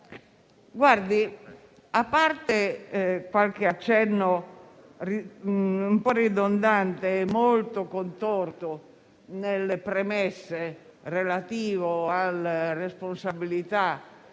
A parte qualche accenno, un po' ridondante e molto contorto nelle premesse, relativo alle responsabilità